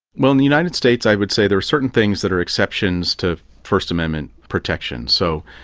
well, in the united states i would say there are certain things that are exceptions to first amendment protection. so,